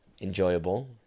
enjoyable